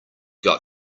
got